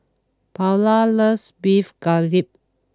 Paola loves Beef Galbi